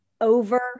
over